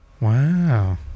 Wow